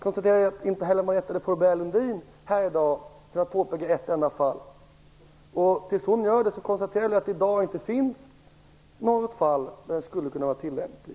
Jag konstaterar att inte heller Marietta de Pourbaix-Lundin här i dag kunnat påvisa ett enda fall. Tills hon gör det, konstaterar jag att det inte finns något fall där den skulle kunna vara tillämplig.